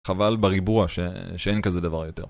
חבל בריבוע שאין כזה דבר יותר.